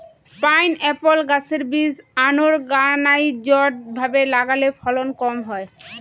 pineapple গাছের বীজ unorganised ভাবে লাগালে ফলন কম হয়